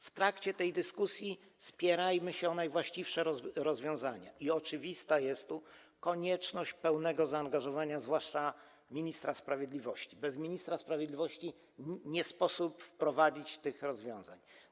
W trakcie tej dyskusji spierajmy się o najwłaściwsze rozwiązania, przy czym oczywista jest tu konieczność pełnego zaangażowania zwłaszcza ministra sprawiedliwości, bo bez ministra sprawiedliwości nie sposób wprowadzić tych rozwiązań.